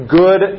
good